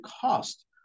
cost